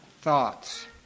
thoughts